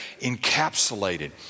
encapsulated